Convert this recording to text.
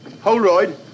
Holroyd